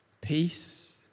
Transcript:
peace